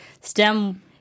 STEM